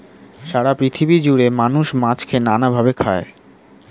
সারা পৃথিবী জুড়ে মানুষ মাছকে নানা ভাবে খায়